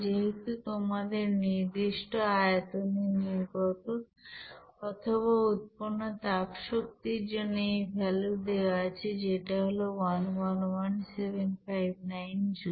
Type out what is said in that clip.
যেহেতু তোমাদের নির্দিষ্ট আয়তনে নির্গত অথবা উৎপন্ন তাপশক্তির এই ভ্যালু দেওয়া আছে যেটা হলো 111759 জুল